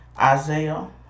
Isaiah